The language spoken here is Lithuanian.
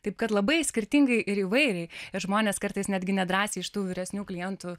taip kad labai skirtingai ir įvairiai ir žmonės kartais netgi nedrąsiai iš tų vyresnių klientų